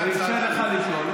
זה צריך לקבל מימון של הציבור?